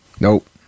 Nope